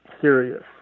serious